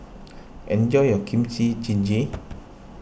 enjoy your Kimchi Jjigae